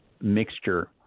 mixture